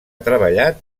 treballat